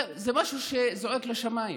זה משהו שזועק לשמיים.